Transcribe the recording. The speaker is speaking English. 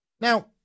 Now